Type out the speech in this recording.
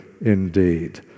indeed